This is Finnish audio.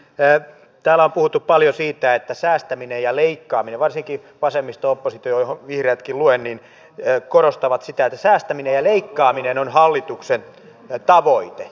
täällä on puhuttu paljon siitä ja varsinkin vasemmisto oppositio johon vihreätkin luen korostaa sitä että säästäminen ja leikkaaminen on hallituksen tavoite